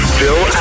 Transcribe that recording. Phil